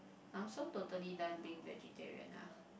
I'm so totally done being vegetarian ah